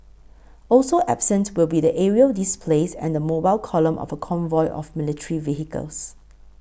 also absent will be the aerial displays and the mobile column of a convoy of military vehicles